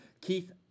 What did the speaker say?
Keith